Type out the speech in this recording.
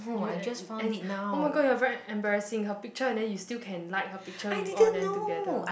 you and and oh my god you are very embarrassing her picture and then you still can like her picture with all of them together